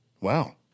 Wow